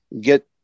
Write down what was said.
get